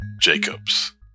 Jacobs